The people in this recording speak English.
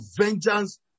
vengeance